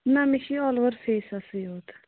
نہ مےٚ چھِ یہِ آل اوٚوَر فیسَسٕے یوت